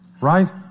Right